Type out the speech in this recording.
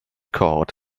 cord